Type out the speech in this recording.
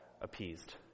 appeased